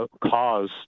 cause